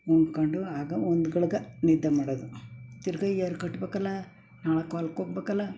ಉಣ್ಕೊಂಡು ಆಗ ಒಂದು ಗಳ್ಗೆ ನಿದ್ದೆ ಮಾಡೋದು ತಿರುಗ ಏರಿ ಕಟ್ಟಬೇಕಲ್ಲ ನಾಲ್ಕು ಹೊಲ್ಕೆ ಹೋಗಬೇಕಲ್ಲ